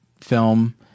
film